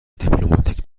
دیپلماتیک